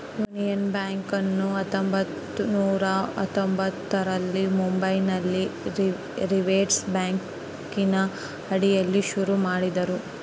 union ಬ್ಯಾಂಕನ್ನು ಹತ್ತೊಂಭತ್ತು ನೂರ ಹತ್ತೊಂಭತ್ತರಲ್ಲಿ ಮುಂಬೈನಲ್ಲಿ ರಿಸೆರ್ವೆ ಬ್ಯಾಂಕಿನ ಅಡಿಯಲ್ಲಿ ಶುರು ಮಾಡಿದರು